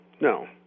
No